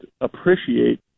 appreciate